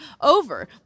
over